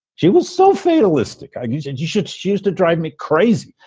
she was so fatalistic, i guess. and you should choose to drive me crazy.